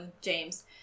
James